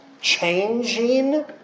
changing